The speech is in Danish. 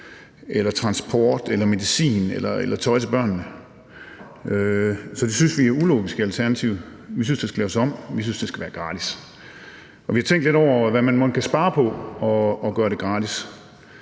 eller transport eller medicin eller tøj til børnene. Så det synes vi i Alternativet er ulogisk. Vi synes, det skal laves om. Vi synes, det skal være gratis. Vi har tænkt lidt over, hvad man mon kan spare på at gøre det gratis.